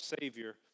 Savior